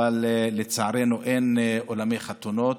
אבל לצערנו אין אולמות חתונות,